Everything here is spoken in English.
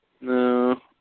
No